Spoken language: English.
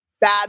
bad